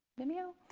vimeo?